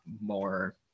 more